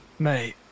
mate